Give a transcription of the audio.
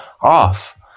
off